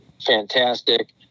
fantastic